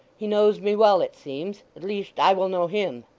he knows me well, it seems. at least i will know him